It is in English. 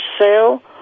sale